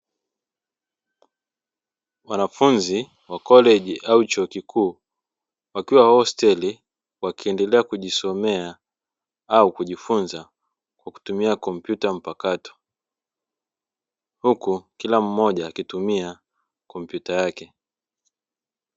Wanafunzi wa 'college ' au chuo kikuu, wakiwa hosteli wakiendeleaa kujisomea au kujifunza kwa kutumia komputa mpakato. Huku kila mmoja akitumia komputa yake.